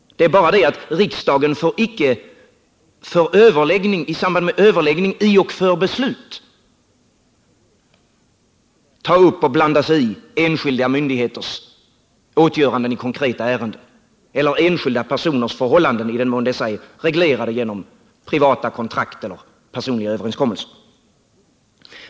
Det är bara det att riksdagen får icke i samband med överläggning i och för beslut ta upp och blanda sig i enskilda myndigheters åtgöranden i konkreta ärenden eller enskilda personers förhållanden, i den mån dessa är reglerade genom privata kontrakt eller personliga överenskommelser.